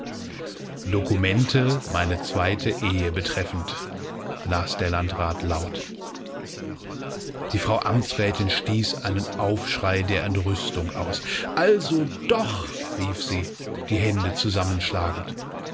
dokumente meine zweite ehe betreffend las der landrat laut die frau amtsrätin stieß einen aufschrei der entrüstung aus also doch rief sie die hände zusammenschlagend